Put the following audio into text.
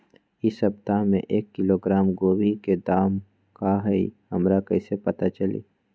इ सप्ताह में एक किलोग्राम गोभी के दाम का हई हमरा कईसे पता चली?